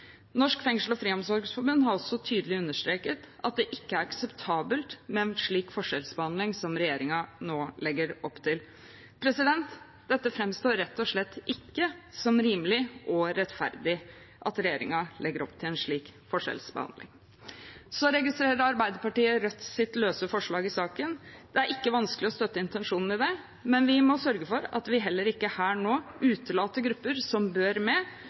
Norsk Fengsels- og Friomsorgsforbund har også tydelig understreket at det ikke er akseptabelt med en slik forskjellsbehandling som regjeringen nå legger opp til. Det framstår rett og slett ikke som rimelig og rettferdig at regjeringen legger opp til en slik forskjellsbehandling. Arbeiderpartiet registrerer Rødts løse forslag i saken. Det er ikke vanskelig å støtte intensjonen i det, men vi må sørge for at vi heller ikke her utelater grupper som bør med.